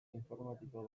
informatiko